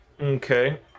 Okay